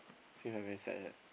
seems like very sad like that